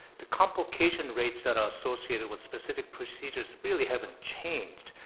the complication rates that are associated with specific procedures really haven't changed?